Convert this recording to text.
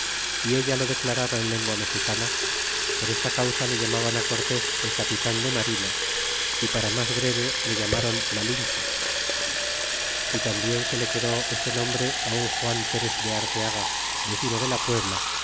y ella lo declaraba en lengua mexicana por esta causa le llamaban cortés el capitan de marina y para mas breve le llamáron malinche y tambien se le quedó este nombre un juan perez de arteaga vecino de la puebla